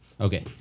Okay